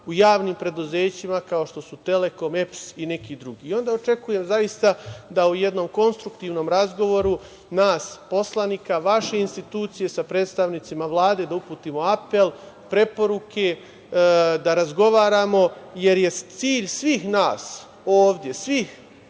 u javnim preduzećima, kao što su „Telekom“, EPS i neki drugi. Onda očekujem zaista da u jednom konstruktivnom razgovoru nas poslanika, vaše institucije sa predstavnicima Vlade, da uputimo apel, preporuke, da razgovaramo, jer je cilj svih nas ovde, svih